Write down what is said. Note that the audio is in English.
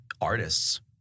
artists